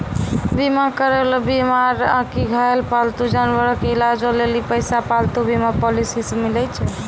बीमा करैलो बीमार आकि घायल पालतू जानवरो के इलाजो लेली पैसा पालतू बीमा पॉलिसी से मिलै छै